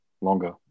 Longer